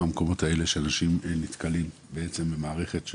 המקומות האלה שאנשים נתקלים בעצם במערכת,